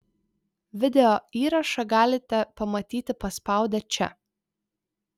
video įrašą galite pamatyti paspaudę čia